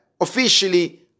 officially